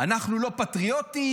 שאנחנו לא פטריוטים,